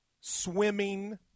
swimming